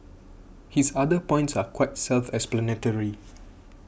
his other points are quite self explanatory